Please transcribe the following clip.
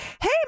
hey